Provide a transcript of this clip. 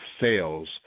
sales